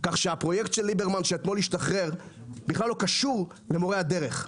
כך שהפרויקט של ליברמן שהשתחרר אתמול בכלל לא קשור למורי הדרך.